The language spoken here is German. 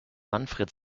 manfred